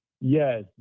Yes